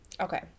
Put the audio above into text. Okay